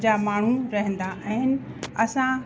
जा माण्हू रहंदा आहिनि असां